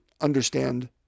understand